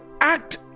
act